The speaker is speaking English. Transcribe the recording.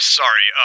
sorry